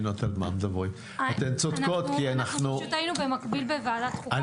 אנחנו פשוט היינו במקביל בוועדת חוקה.